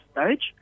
stage